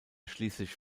schließlich